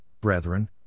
brethren